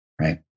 right